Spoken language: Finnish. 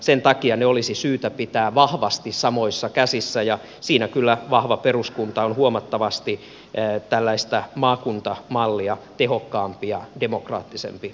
sen takia ne olisi syytä pitää vahvasti samoissa käsissä ja siinä kyllä vahva peruskunta on huomattavasti tällaista maakuntamallia tehokkaampi ja demokraattisempi malli toimia